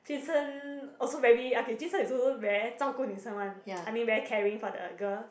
jun sheng also very okay jun sheng is also very 照顾女生 one I mean very caring for the girl